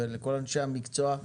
ולכל אנשי המקצוע.